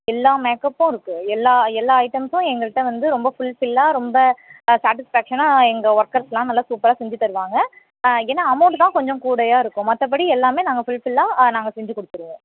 எல்லா மேக்அப்பும் இருக்கு எல்லா எல்லா ஐட்டம்ஸும் எங்கள்கிட்ட வந்து ரொம்ப ஃபுல்ஃபில்லாக ரொம்ப சேட்டிஸ்ஃபேக்ஷனாக எங்கள் ஒர்க்கர்ஸ் எல்லாம் நல்லா சூப்பராக செஞ்சி தருவாங்க ஏன்னா அமௌண்ட்டு தான் கொஞ்சம் கூடையாக இருக்கும் மற்றபடி எல்லாமே நாங்கள் ஃபுல்ஃபில்லாக நாங்கள் செஞ்சிக்கொடுத்துருவோம்